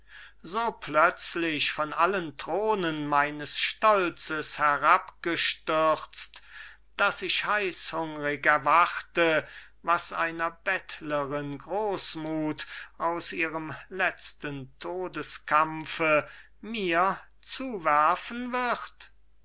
so tief gesunken so plötzlich von allen thronen meines stolzes herabgestürzt daß ich heißhungrig erwarte was einer bettlerin großmuth aus ihrem letzten todeskampfe mir zuwerfen wird